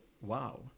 wow